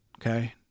Okay